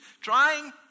Trying